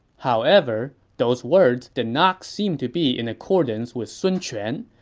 however, those words did not seem to be in accordance with sun quan,